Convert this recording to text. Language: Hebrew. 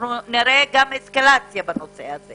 נראה גם אסקלציה בנושא.